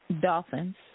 Dolphins